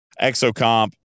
exocomp